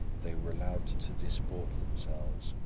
they were allowed to disport themselves.